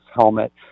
helmet